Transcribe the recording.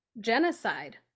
genocide